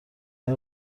های